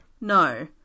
No